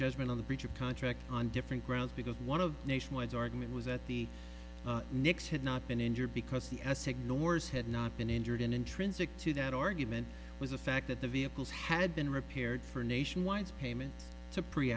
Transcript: judgment on the breach of contract on different grounds because one of nationwide's argument was that the knicks had not been injured because the us ignores had not been injured and intrinsic to that argument was a fact that the vehicles had been repaired for nationwide's payment to pre